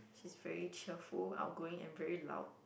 he's very cheerful outgoing and very loud